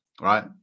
Right